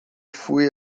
fui